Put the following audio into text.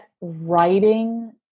writing